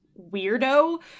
weirdo